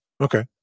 Okay